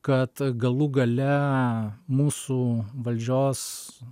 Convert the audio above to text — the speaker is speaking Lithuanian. kad galų gale mūsų valdžios